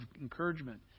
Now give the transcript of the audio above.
encouragement